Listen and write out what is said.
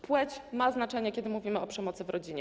Płeć ma znaczenie, kiedy mówimy o przemocy w rodzinie.